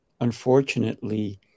unfortunately